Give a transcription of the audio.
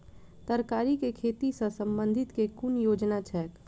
तरकारी केँ खेती सऽ संबंधित केँ कुन योजना छैक?